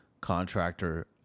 contractor